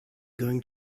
going